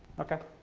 okay.